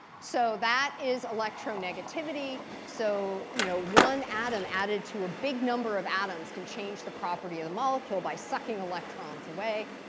so that is electronegativity. so you know one atom added to a big number of atoms can change the property of the molecule by sucking electrons away.